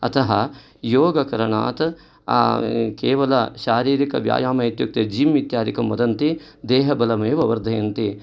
अतः योगकरणात् केवलं शारीरिकव्यायाम इत्युक्ते जिम् इत्यादिकं वदन्ति देहबलमेव वर्धयन्ति